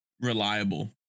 reliable